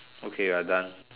okay I done